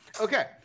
Okay